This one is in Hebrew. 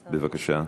בבקשה.